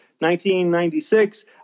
1996